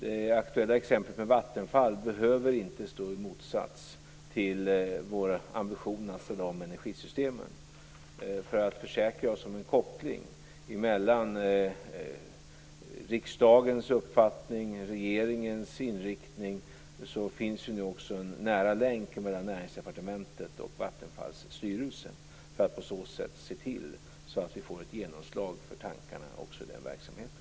Det aktuella exemplet med Vattenfall behöver inte stå i motsats till vår ambition att ställa om energisystemen. För att försäkra oss om en koppling mellan riksdagens uppfattning och regeringens inriktning finns nu också en nära länk mellan Näringsdepartementet och Vattenfalls styrelse. Syftet är att se till att vi får ett genomslag för tankarna också i den verksamheten.